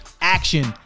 action